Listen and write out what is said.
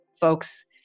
Folks